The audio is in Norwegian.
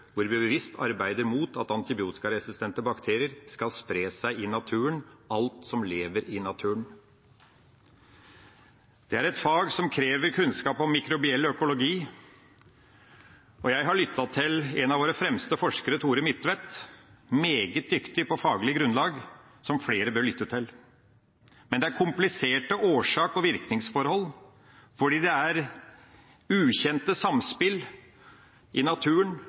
hvor vi bevisst arbeider mot at antibiotikaresistente bakterier skal spre seg i naturen, til alt som lever i naturen. Det er et fag som krever kunnskap om mikrobiell økologi, og jeg har lyttet til en av våre fremste forskere, Tore Midtvedt – meget dyktig på faglig grunnlag – som flere bør lytte til. Men det er kompliserte årsaks- og virkningsforhold fordi det er ukjente samspill i naturen,